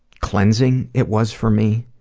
cleansing it was for me